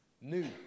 new